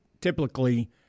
typically